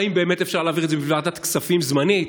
האם באמת אפשר להעביר את זה בוועדת כספים זמנית?